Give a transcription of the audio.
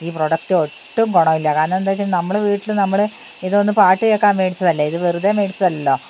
ഈ പ്രൊഡക്ട് ഒട്ടും ഗുണമില്ല കാരണം എന്താ വച്ചാൽ നമ്മൾ വീട്ടിൽ നമ്മൾ ഇതൊന്ന് പാട്ടു കേൾക്കാൻ മേടിച്ചതല്ലേ ഇത് വെറുതെ മേടിച്ചത് അല്ലല്ലോ